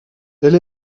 elle